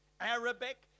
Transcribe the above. Arabic